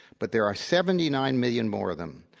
but there are seventy nine million more of them.